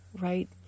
right